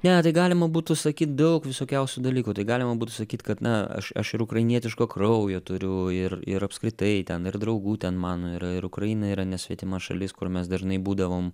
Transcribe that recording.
ne tai galima būtų sakyt daug visokiausių dalykų tai galima būtų sakyt kad na aš aš ir ukrainietiško kraujo turiu ir ir apskritai ten ir draugų ten mano yra ir ukraina yra ne svetima šalis kur mes dažnai būdavom